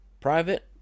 private